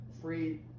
free